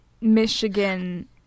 Michigan